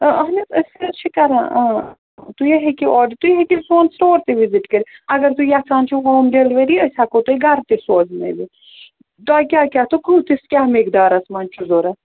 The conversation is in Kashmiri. اَہن حظ أسۍ حظ چھِ کَران آ تُہۍ ہیٚکِو آرڈَر تُہۍ ہیٚکِو سون سِٹور تہِ وِزِٹ کٔرِتھ اگر تُہۍ یَژھان چھُو ہوم ڈِلؤری أسۍ ہٮ۪کو تۄہہِ گَرٕ تہِ سوزٕنٲوِتھ تۄہہِ کیٛاہ کیٛاہ تہٕ کۭتِس کیٛاہ مٮ۪قدارَس منٛز چھُ ضروٗرت